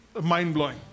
mind-blowing